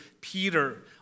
Peter